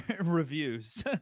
reviews